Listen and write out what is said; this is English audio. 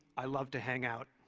i love to hang out.